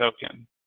token